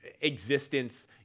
existence